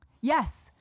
Yes